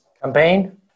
campaign